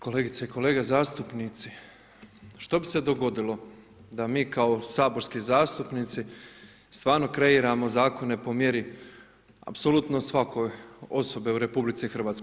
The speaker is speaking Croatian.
Kolegice i kolege zastupnici, što bi se dogodilo da mi kao saborski zastupnici stvarno kreiramo zakone po mjeri, apsolutnoj svakoj osobi u RH.